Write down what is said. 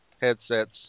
headset's